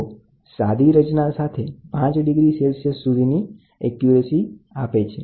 તો સાદી રચના સાથે 5° સેલ્સીયસ સુધીની ચોક્કસતા આપે છે